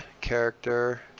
character